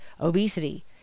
obesity